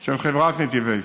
של חברת נתיבי ישראל.